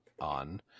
on